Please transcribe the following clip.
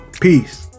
Peace